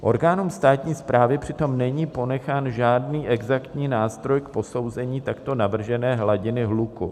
Orgánům státní správy přitom není ponechán žádný exaktní nástroj k posouzení takto navržené hladiny hluku.